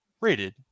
Rated